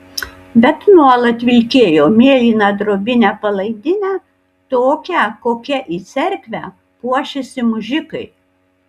bet nuolat vilkėjo mėlyną drobinę palaidinę tokią kokia į cerkvę puošiasi mužikai